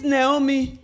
Naomi